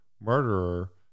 murderer